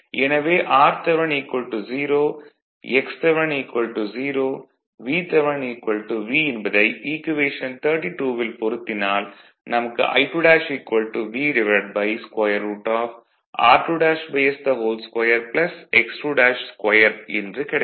எனவே rth 0 xth 0 Vth V என்பதை equation 32ல் பொருத்தினால் நமக்கு I2 V √ r2s2 x22 என்று கிடைக்கும்